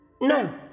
No